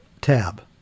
tab